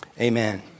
amen